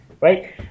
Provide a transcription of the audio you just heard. right